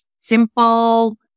simple